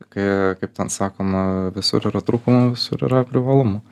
kai kaip ten sakoma visur yra trūkumų visur yra privalumų